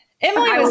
Emily